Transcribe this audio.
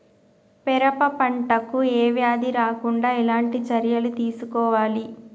పెరప పంట కు ఏ వ్యాధి రాకుండా ఎలాంటి చర్యలు తీసుకోవాలి?